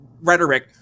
rhetoric